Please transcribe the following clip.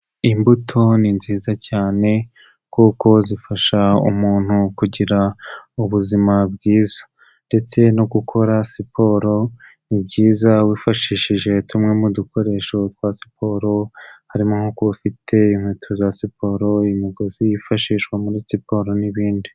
Imbuto ni nziza cyane kuko zifasha umuntu kugira ubuzima bwiza ndetse no gukora siporo, ni byiza wifashishije tumwe mu dukoresho twa siporo, harimo nko kuba ufite inkweto za siporo, imigozi yifashishwa muri siporo n'ibindi.